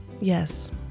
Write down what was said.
yes